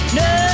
no